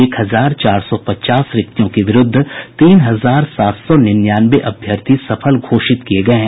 एक हजार चार सौ पचास रिक्तियों के विरूद्ध तीन हजार सात सौ निन्यानवे अभ्यर्थी सफल घोषित किये गये हैं